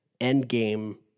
Endgame